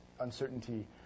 uncertainty